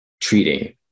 treating